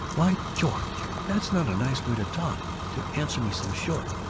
why, george, that's not a nice way to talk, to answer me so short.